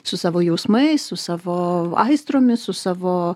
su savo jausmais su savo aistromis su savo